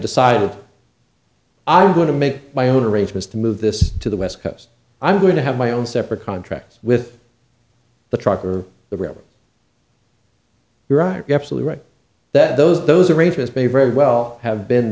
decided i'm going to make my own arrangements to move this to the west coast i'm going to have my own separate contracts with the truck or the rail you're right be absolutely right that those those arrangements may very well have been